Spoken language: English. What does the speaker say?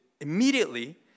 immediately